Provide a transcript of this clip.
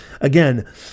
Again